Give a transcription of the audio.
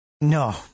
No